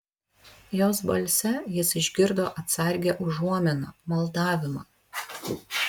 jos balse jis išgirdo atsargią užuominą maldavimą